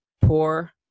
poor